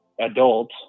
adult